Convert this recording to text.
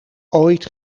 ooit